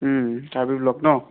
Karbi block ন